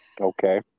Okay